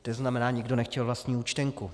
To znamená nikdo nechtěl vlastní účtenku.